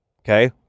Okay